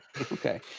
Okay